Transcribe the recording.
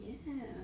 ya